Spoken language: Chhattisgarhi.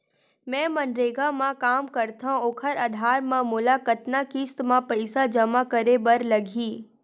मैं मनरेगा म काम करथव, ओखर आधार म मोला कतना किस्त म पईसा जमा करे बर लगही?